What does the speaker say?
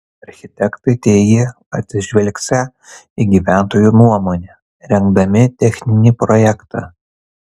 architektai teigė atsižvelgsią į gyventojų nuomonę rengdami techninį projektą